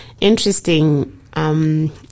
interesting